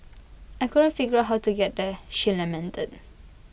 I couldn't figure out how to get there she lamented